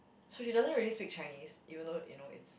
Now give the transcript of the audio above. so she doesn't really speak Chinese even though you know it's